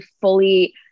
fully